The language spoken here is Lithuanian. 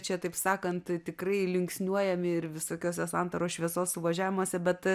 čia taip sakant tikrai linksniuojami ir visokiose santaros šviesos suvažiavimuose bet